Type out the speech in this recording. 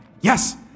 Yes